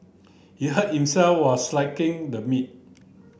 he hurt himself while slicing the meat